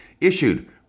issued